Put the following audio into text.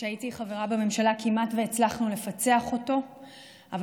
כאשר הייתי חברה בממשלה כמעט הצלחנו לפצח אותו אבל